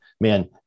man